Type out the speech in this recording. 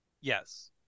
Yes